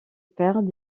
père